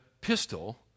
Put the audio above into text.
pistol